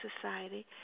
society